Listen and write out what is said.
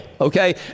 okay